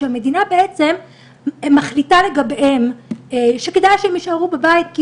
שהמדינה בעצם מחליטה לגביהם שכדאי שהם יישארו בבית כי